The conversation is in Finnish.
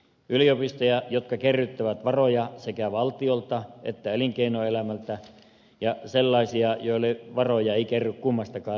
yliopistoja jotka kerryttävät varoja sekä valtiolta että elinkeinoelämältä ja yliopistoja joille varoja ei kerry kummastakaan lähteestä